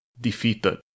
defeated